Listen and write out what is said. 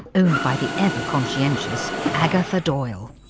owned by the ever conscientious agatha doyle.